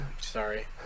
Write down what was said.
sorry